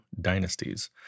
dynasties